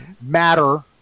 matter